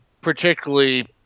particularly